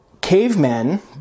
cavemen